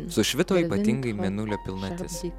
sušvito įpatingai mėnulio pilnatis